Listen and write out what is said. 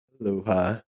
Aloha